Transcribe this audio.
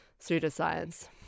Pseudoscience